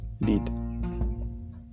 lead